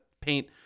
paint